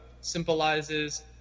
symbolizes